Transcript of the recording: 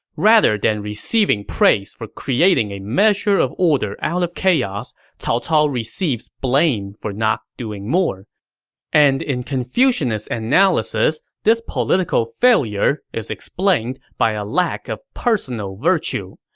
rather than receiving praise for creating a measure of order out of chaos, cao cao receives blame for not doing more and in confucianist analysis this political failure is explained by a lack of personal virtue.